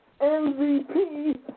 MVP